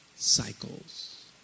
cycles